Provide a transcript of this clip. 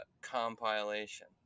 compilation